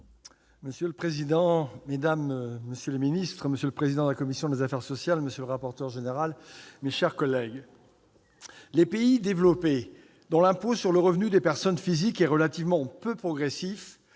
Monsieur le président, mesdames, monsieur les ministres, monsieur le président de la commission des affaires sociales, monsieur le rapporteur général, mes chers collègues, « les pays développés dont l'impôt sur le revenu des personnes physiques est relativement peu progressif